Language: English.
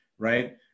Right